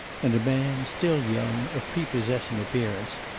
and a man, still young, of prepossessing appearance,